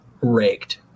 raked